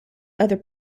other